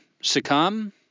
succumb